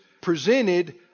presented